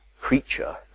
creature